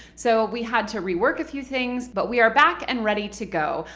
so we had to rework a few things. but we are back and ready to go.